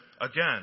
again